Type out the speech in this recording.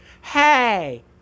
hey